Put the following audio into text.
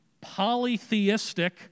polytheistic